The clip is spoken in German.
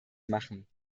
machen